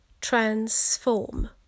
transform